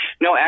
No